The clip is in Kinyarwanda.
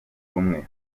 rumwe